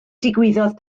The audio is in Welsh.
digwyddodd